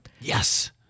Yes